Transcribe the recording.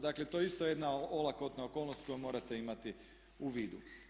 Dakle, to je isto jedna olakotna okolnost koju morate imati u vidu.